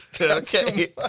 Okay